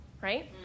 right